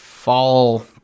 Fall